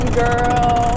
girl